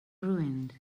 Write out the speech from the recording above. ruined